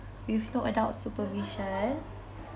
with no adult supervision